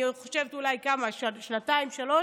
אולי שנתיים-שלוש,